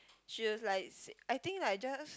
she was like I think like just